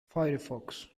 firefox